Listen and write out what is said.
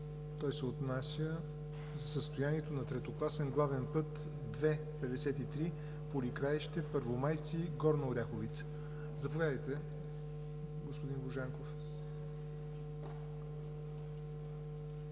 Божанков относно състоянието на третокласен главен път II-53 Поликраище – Първомайци – Горна Оряховица. Заповядайте, господин Божанков.